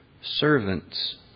servants